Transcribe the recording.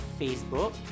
Facebook